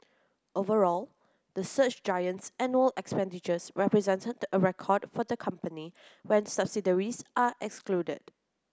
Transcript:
overall the search giant's annual expenditures represented a record for the company when subsidiaries are excluded